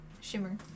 Shimmer